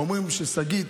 אומרים ששגית